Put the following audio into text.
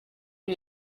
you